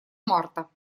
марта